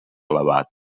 elevat